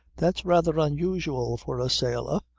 that's rather unusual for a sailor.